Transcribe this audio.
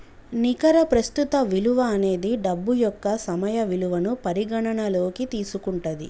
నికర ప్రస్తుత విలువ అనేది డబ్బు యొక్క సమయ విలువను పరిగణనలోకి తీసుకుంటది